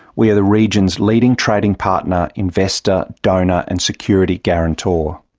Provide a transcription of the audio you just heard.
we are the region's leading trading partner, investor, donor and security guarantor.